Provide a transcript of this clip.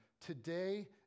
today